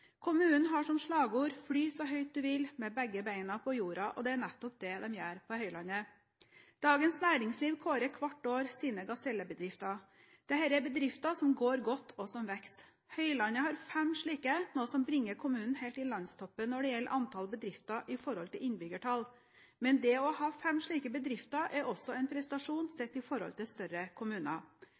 Kommunen har som slagord «Fly så høyt du vil – med begge beina på jorda», og det er nettopp det de gjør på Høylandet. Dagens Næringsliv kårer hvert år sine gasellebedrifter. Dette er bedrifter som går godt, og som vokser. Høylandet har fem slike, noe som bringer kommunen helt i landstoppen når det gjelder antall bedrifter i forhold til innbyggertall. Men det å ha fem slike bedrifter er også en prestasjon sett i forhold til større kommuner.